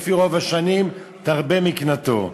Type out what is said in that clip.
"לפי רֹב השנים תרבה מקנתו".